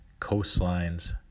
coastlines